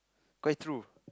quite true